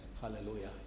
Hallelujah